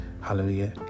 Hallelujah